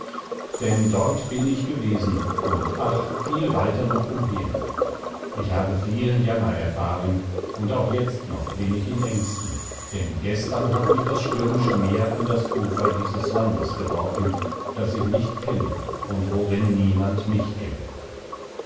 denn dort bin ich gewesen und ach viel weiter noch umher ich habe vielen jammer erfahren und auch jetzt noch bin ich in ängsten denn gestern hat mich das stürmische meer an das ufer dieses landes geworfen das ich nicht kenne und worin niemand mich kennt